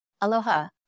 Aloha